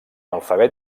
alfabet